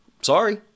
Sorry